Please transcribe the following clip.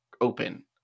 open